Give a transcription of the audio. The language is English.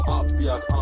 obvious